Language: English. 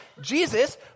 Jesus